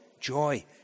joy